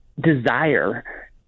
desire